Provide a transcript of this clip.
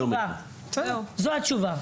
בסדר, זו התשובה.